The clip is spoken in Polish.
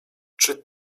czy